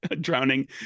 drowning